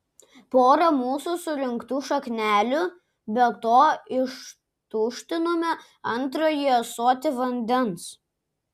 porą mūsų surinktų šaknelių be to ištuštinome antrąjį ąsotį vandens